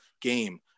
game